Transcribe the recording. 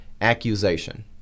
accusation